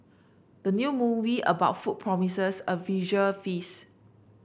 the new movie about food promises a visual feast